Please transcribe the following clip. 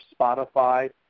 Spotify